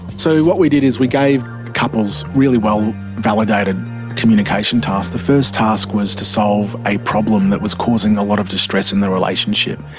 so what we did is we gave couples really well validated communication tasks. the first task was to solve a problem that was causing a lot of distress in the relationship.